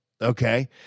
Okay